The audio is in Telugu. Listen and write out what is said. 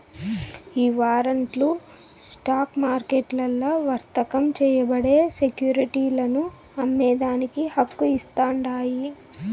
ఈ వారంట్లు స్టాక్ మార్కెట్లల్ల వర్తకం చేయబడే సెక్యురిటీలను అమ్మేదానికి హక్కు ఇస్తాండాయి